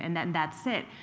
and then that's it.